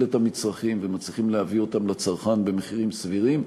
את המצרכים ומצליחים להביא אותם לצרכן במחירים סבירים.